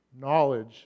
Knowledge